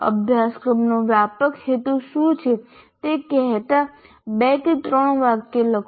અભ્યાસક્રમનો વ્યાપક હેતુ શું છે તે કહેતા 2 કે 3 વાક્યો લખો